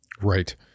right